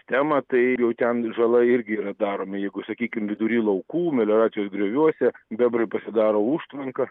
temą tai jau ten žala irgi yra daromi jeigu sakykim vidury laukų melioracijos grioviuose bebrai pasidaro užtvanką